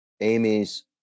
amy's